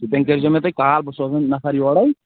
تٔتیٕے کٔرۍزیٚو تُہۍ مےٚ کال بہٕ سوزَن نفر یورے